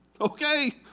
Okay